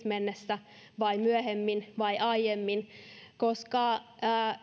mennessä vai myöhemmin vai aiemmin koska